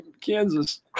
Kansas